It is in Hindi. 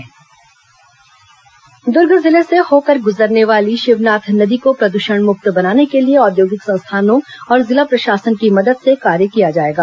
शिवनाथ नदी समीक्षा दुर्ग जिले से होकर गुजरने वाली शिवनाथ नदी को प्रदूषण मुक्त बनाने के लिए औद्योगिक संस्थानों और जिला प्रशासन की मदद से कार्य किया जाएगा